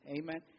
Amen